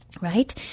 right